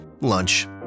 lunch